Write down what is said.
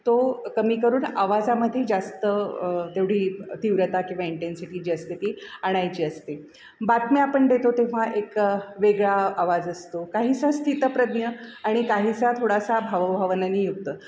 तो कमी करून आवाजामध्ये जास्त तेवढी तीव्रता किंवा इंटेन्सिटी जी असते ती आणायची असते बातम्या आपण देतो तेव्हा एक वेगळा आवाज असतो काहीसा स्थितप्रज्ञ आणि काहीसा थोडासा भावभावनांनी युक्त